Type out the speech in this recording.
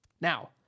Now